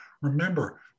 Remember